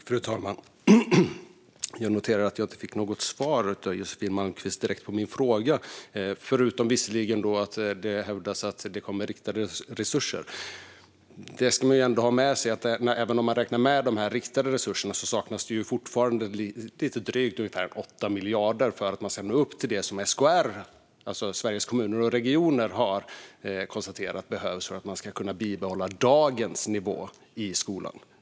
Fru talman! Jag noterar att jag inte fick något direkt svar av Josefin Malmqvist på min fråga förutom att det hävdades att det kommer riktade resurser. Då ska man ha med sig att det även om man räknar med de riktade resurserna fortfarande saknas ungefär 8 miljarder för att man ska nå upp till det som SKR, Sveriges Kommuner och Regioner, har konstaterat behövs för att man ska kunna bibehålla dagens nivå i skolan.